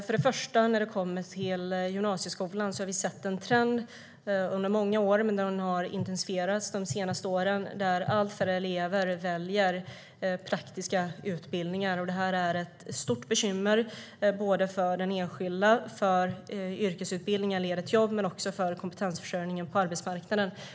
Först och främst: När det kommer till gymnasieskolan har vi sett en trend under många år som har intensifierats de senaste åren där allt färre elever väljer praktiska utbildningar. Detta är ett stort bekymmer både för den enskilda, eftersom yrkesutbildningen leder till jobb, och för kompetensförsörjningen på arbetsmarknaden.